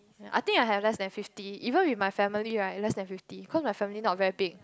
I think I have less than fifty even with my family right less than fifty cause my family not very big